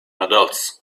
adults